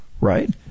right